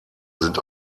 sind